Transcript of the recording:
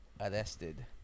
arrested